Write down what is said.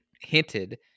hinted